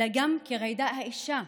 אלא גם כג'ידא האישה.